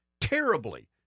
terribly